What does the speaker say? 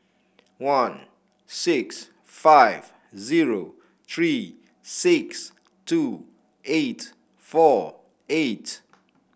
one six five zero three six two eight four eight